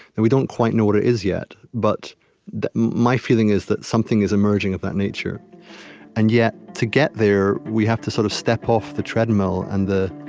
and we don't quite know what it is yet, but my feeling is that something is emerging, of that nature and yet, to get there, we have to sort of step off the treadmill and the